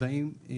גם את העונשין לא.